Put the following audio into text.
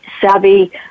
savvy